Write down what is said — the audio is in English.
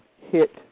hit